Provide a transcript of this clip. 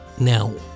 Now